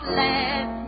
let